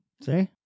See